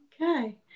Okay